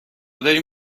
داریم